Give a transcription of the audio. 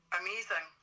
amazing